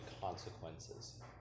consequences